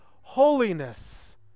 holiness